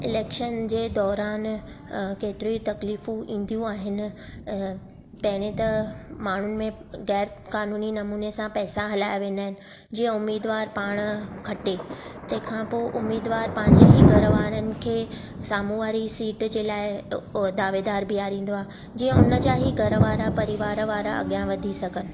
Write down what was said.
election जे दौरान केतिरी तकलीफ़ूं ईंदियूं आहिनि पहिरीं त माण्हू में ग़ैर क़ानूनी नमूने सां पैसा हलाया वेंदा आहिनि जीअं उम्मीदवार पाण घटे तंहिंखां पोइ उम्मीदवार पंहिंजे ई घरु वारनि खे साम्हूं वारी सीट जे लाइ दावेदार बीहारींदो आहे जीअं उन जा ई घरु वारा परिवार वारा अॻियां वधी सघनि